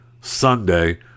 Sunday